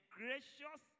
gracious